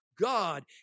God